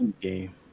game